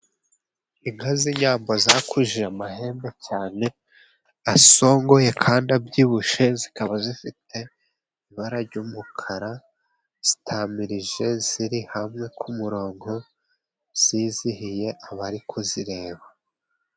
Inka z'inyambo zakujije amahembe cyane, asongoye kandi abyibushye, zikaba zifite ibara ry'umukara, zitamirije, ziri hamwe ku murongo, zizihiye abari kuzireba.